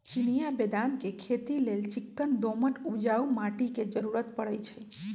चिनियाँ बेदाम के खेती लेल चिक्कन दोमट उपजाऊ माटी के जरूरी पड़इ छइ